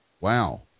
Wow